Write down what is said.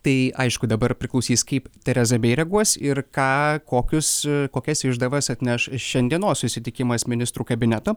tai aišku dabar priklausys kaip tereza mei reaguos ir ką kokius kokias išdavas atneš šiandienos susitikimas ministrų kabineto